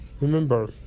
remember